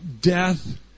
death